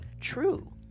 True